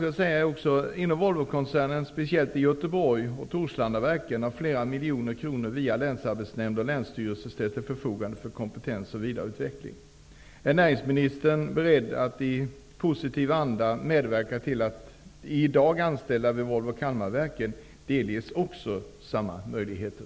Inom Volvokoncernen, speciellt i fråga om Göteborg och Torslandaverken, har flera miljoner kronor via Länsarbetsnämdnen och länsstyrelsen ställts till förfogande avseende kompetens och vidareutveckling. Är näringsministern beredd att i positiv anda medverka till att de som i dag är anställda vid Volvo Kalmarverken delges samma möjligheter?